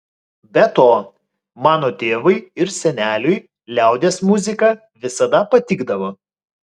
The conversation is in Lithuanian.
be to mano tėvui ir seneliui liaudies muzika visada patikdavo